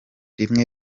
rimwe